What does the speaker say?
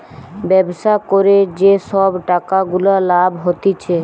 ব্যবসা করে যে সব টাকা গুলা লাভ হতিছে